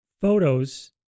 photos